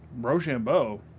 Rochambeau